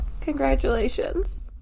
Congratulations